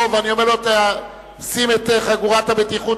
ואני אומר לו: שים את חגורת הבטיחות,